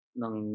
ng